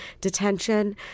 detention